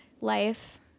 life